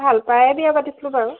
ভাল পায়ে বিয়া পাতিছিলো বাৰু